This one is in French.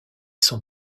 son